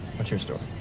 what's your story?